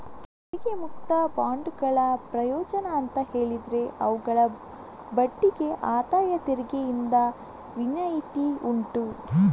ತೆರಿಗೆ ಮುಕ್ತ ಬಾಂಡುಗಳ ಪ್ರಯೋಜನ ಅಂತ ಹೇಳಿದ್ರೆ ಅವುಗಳ ಬಡ್ಡಿಗೆ ಆದಾಯ ತೆರಿಗೆಯಿಂದ ವಿನಾಯಿತಿ ಉಂಟು